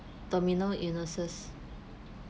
terminal illnesses